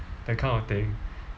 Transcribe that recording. that kind of thing